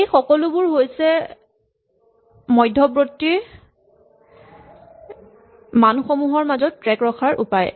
এই সকলোবোৰ হৈছে মধ্যবৰ্ত্তী মানসমূহৰ মাজত ট্ৰেক ৰখাৰ উপায়